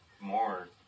more